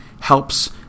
helps